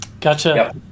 Gotcha